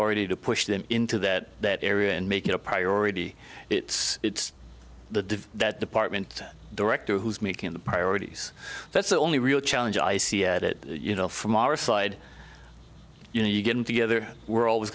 ty to push them into that that area and make it a priority it's the that department director who's making the priorities that's the only real challenge i see at it you know from our side you know you're getting together we're always